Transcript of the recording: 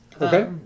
Okay